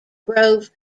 grove